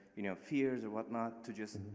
you know, fears or whatnot, to just,